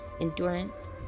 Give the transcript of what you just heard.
endurance